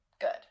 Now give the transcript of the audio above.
good